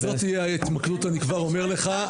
זו תהיה ההתמקדות, אני כבר אומר לך.